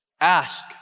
Ask